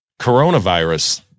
coronavirus